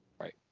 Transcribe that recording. Right